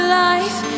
life